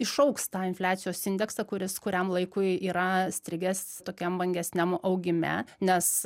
išaugs tą infliacijos indeksą kuris kuriam laikui yra įstrigęs tokiam vangesniam augime nes